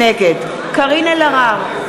נגד קארין אלהרר,